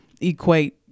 equate